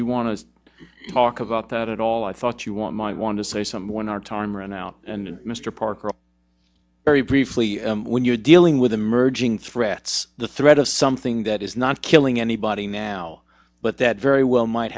you want to talk about that at all i thought you want might want to say someone our time run out and mr parker very briefly when you're dealing with emerging threats the threat of something that is not killing anybody now but that very well might